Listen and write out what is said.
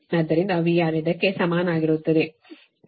ಆದ್ದರಿಂದ VR ಇದಕ್ಕೆ ಸಮಾನವಾಗಿರುತ್ತದೆ 38